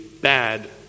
bad